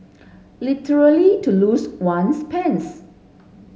literally to lose one's pants